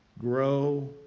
grow